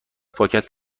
پاکت